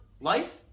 life